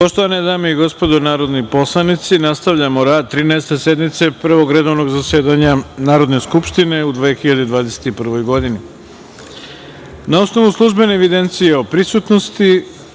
Poštovane dame i gospodo narodni poslanici, nastavljamo rad Trinaeste sednice Prvog redovnog zasedanja Narodne skupštine Republike Srbije u 2021. godini. Na osnovu službene evidencije o prisutnosti,